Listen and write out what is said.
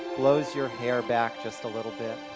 blows your hair back just a little bit.